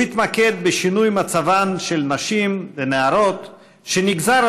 הוא התמקד בשינוי מצבן של נשים ונערות שנגזר